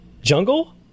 Jungle